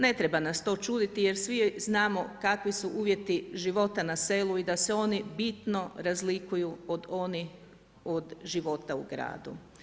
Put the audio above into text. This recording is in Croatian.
Ne treba nas to čuditi jer svi znamo kakvi su uvjeti života na selu i da se oni bitno razlikuju od onih života u gradu.